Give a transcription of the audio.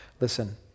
Listen